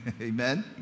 Amen